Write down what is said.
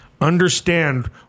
Understand